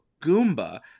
Goomba